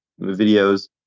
videos